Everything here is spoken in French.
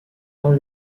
dans